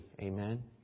Amen